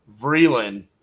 Vreeland